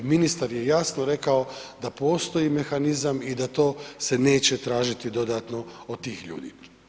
Ministar je jasno rekao da postoji mehanizam i da to se neće tražiti dodatno od tih ljudi.